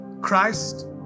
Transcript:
christ